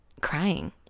crying